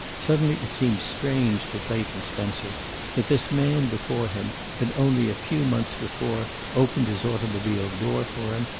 suddenly it seemed strange to clayton spencer that this man before him had only a few months before opened his automobile door for him,